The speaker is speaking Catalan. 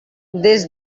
des